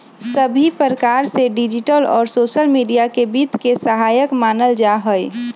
सभी प्रकार से डिजिटल और सोसल मीडिया के वित्त के सहायक मानल जाहई